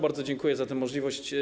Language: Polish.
Bardzo dziękuję za tę możliwość.